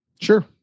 Sure